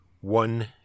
one